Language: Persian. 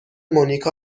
مونیکا